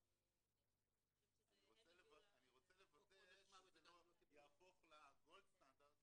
אז אני חושבת --- אני רוצה לוודא שזה לא יהפוך לגולד סטנדרט